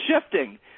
shifting